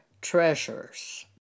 treasures